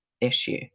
issue